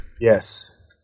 Yes